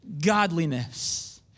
godliness